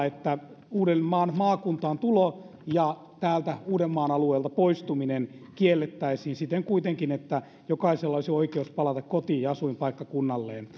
että uudenmaan maakuntaan tulo ja täältä uudenmaan alueelta poistuminen kiellettäisiin siten kuitenkin että jokaisella olisi oikeus palata kotiin asuinpaikkakunnalleen